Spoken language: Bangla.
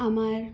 আমার